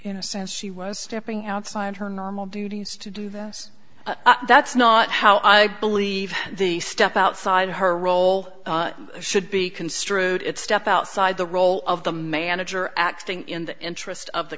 in a sense she was stepping outside her normal duties to do this that's not how i believe the step outside her role should be construed it step outside the role of the manager acting in the interest of the